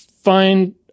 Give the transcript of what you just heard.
find